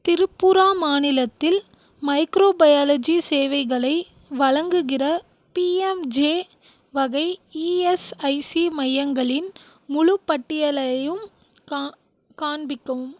திரிபுரா மாநிலத்தில் மைக்ரோபயாலஜி சேவைகளை வழங்குகிற பிஎம்ஜேஒய் வகை இஎஸ்ஐசி மையங்களின் முழுப் பட்டியலையும் காண் காண்பிக்கவும்